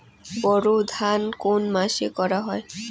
বোরো ধান কোন মাসে করা হয়?